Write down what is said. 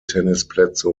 tennisplätze